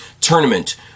tournament